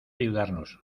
ayudarnos